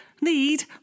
need